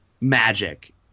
magic